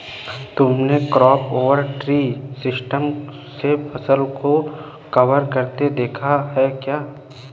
तुमने crop over tree system से फसलों को कवर करते देखा है क्या?